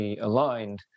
aligned